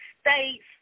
States